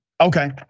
Okay